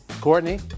Courtney